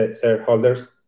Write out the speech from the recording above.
shareholders